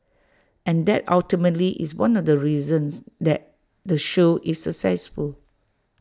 and that ultimately is one of the reasons that the show is successful